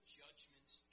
judgments